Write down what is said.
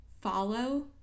follow